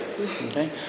Okay